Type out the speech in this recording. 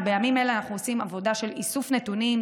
ובימים אלה אנחנו עושים עבודה של איסוף נתונים,